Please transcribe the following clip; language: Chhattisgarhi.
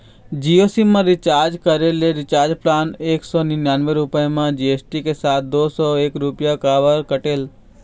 जियो सिम मा रिचार्ज करे ले रिचार्ज प्लान एक सौ निन्यानबे रुपए मा जी.एस.टी के साथ दो सौ एक रुपया काबर कटेल?